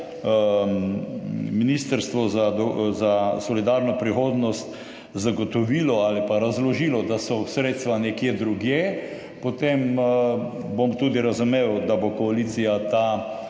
Ministrstvo za solidarno prihodnost zagotovilo ali pa razložilo, da so sredstva nekje drugje, potem bom tudi razumel, da bo koalicija ta